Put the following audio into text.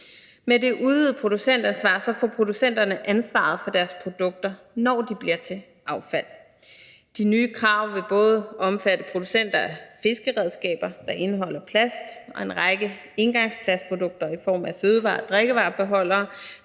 Med det udvidede producentansvar får producenterne ansvaret for deres produkter, når de bliver til affald. De nye krav vil både omfatte producenter af fiskeredskaber, der indeholder plast, og en række engangsplastprodukter i form af fødevare- og drikkevarebeholdere,